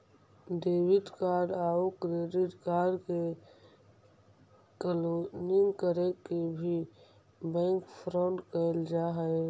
debit card आउ credit card के cloning करके भी बैंक फ्रॉड कैल जा हइ